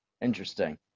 Interesting